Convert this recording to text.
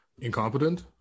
Incompetent